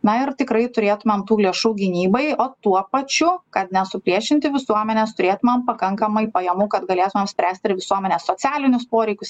na ir tikrai turėtumėm tų lėšų gynybai o tuo pačiu kad nesupriešinti visuomenės turėtumėm pakankamai pajamų kad galėtumėm spręst ir visuomenės socialinius poreikius